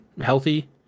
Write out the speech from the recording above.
healthy